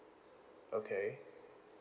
okay